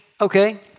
okay